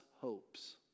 hopes